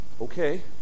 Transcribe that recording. okay